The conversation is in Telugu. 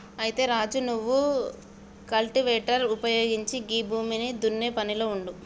అయితే రాజు నువ్వు కల్టివేటర్ ఉపయోగించి గీ భూమిని దున్నే పనిలో ఉండు